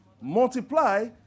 multiply